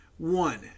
One